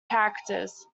characters